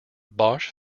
bosch